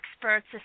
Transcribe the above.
experts